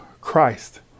Christ